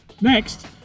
Next